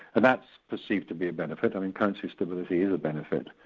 and that's perceived to be a benefit, um and currency stability is a benefit.